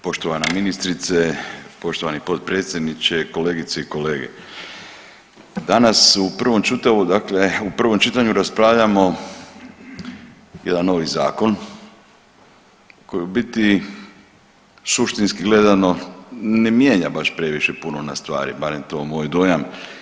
Poštovana ministrice, poštovani potpredsjedniče, kolegice i kolege, danas u prvom čitanju dakle u prvom čitanju raspravljamo jedan novi zakon koji u biti suštinski gledano ne mijenja baš previše puno na stvari barem je to moj dojam.